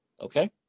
Okay